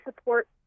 support